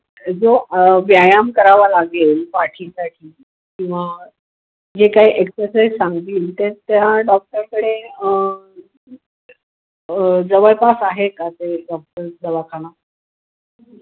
जो व्यायाम करावा लागेल पाठीसाठी किंवा जे काही एक्सरसाइज सांगतील ते त्या डॉक्टरकडे जवळपास आहे का ते डॉक्टर दवाखाना